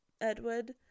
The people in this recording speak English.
Edward